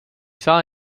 saa